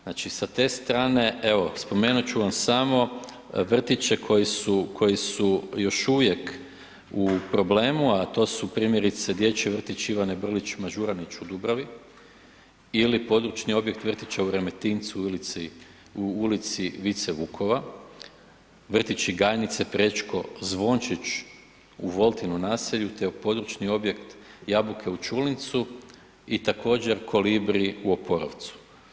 Znači sa te strane, evo spomenut ću vam samo vrtiće koji su još uvijek u problem, a to su primjerice Dječji vrtić Ivane Brlić Mažuranić u Dubravi ili područni objekt vrtića u Remetincu u ulici Vice Vukova, vrtići GAjnice, Prečko, Zvončić u Voltinom naselju, te područni objekt Jabuke u Čulincu i također Kolibri u Oporovcu.